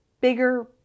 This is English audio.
bigger